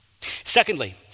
Secondly